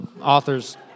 authors